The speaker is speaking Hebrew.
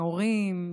מהורים,